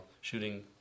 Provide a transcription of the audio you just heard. shooting